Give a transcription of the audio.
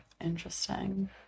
Interesting